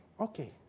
Okay